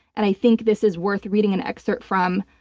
and i think this is worth reading an excerpt from.